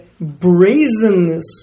brazenness